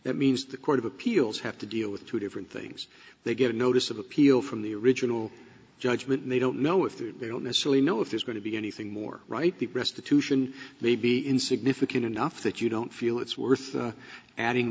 that means the court of appeals have to deal with two different things they get a notice of appeal from the original judgment and they don't know if they don't necessarily know if there's going to be anything more right the restitution may be in significant enough that you don't feel it's worth adding